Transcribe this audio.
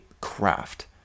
craft